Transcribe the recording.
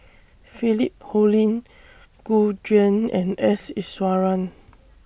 Philip Hoalim Gu Juan and S Iswaran